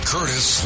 Curtis